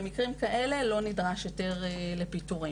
במקרים כאלה לא נדרש היתר לפיטורים.